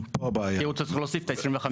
כי הוא צריך להוסיף את ה-25%.